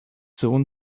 sohn